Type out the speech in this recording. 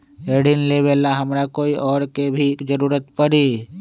ऋन लेबेला हमरा कोई और के भी जरूरत परी?